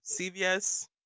cvs